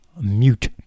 mute